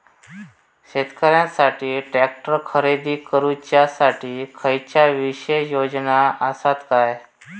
शेतकऱ्यांकसाठी ट्रॅक्टर खरेदी करुच्या साठी खयच्या विशेष योजना असात काय?